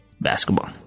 basketball